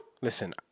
listen